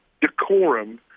decorum